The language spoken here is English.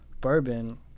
Bourbon